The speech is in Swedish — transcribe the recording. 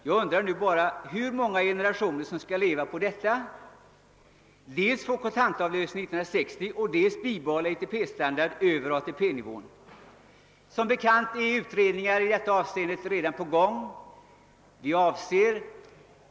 Nu undrar jag bara hur många generationer som skall leva på detta, och alltså dels ha fått kontantavlösningen 1960, dels bibehålla ITP-standard över ATP-nivån. Som bekant är utredningar härom redan på gång.